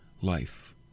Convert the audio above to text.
life